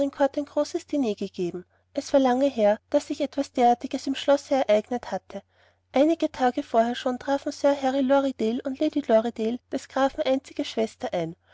ein großes diner gegeben es war lange her daß sich etwas derartiges im schlosse ereignet hatte einige tage vorher schon trafen sir harry lorridaile und lady lorridaile des grafen einzige schwester ein